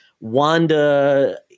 Wanda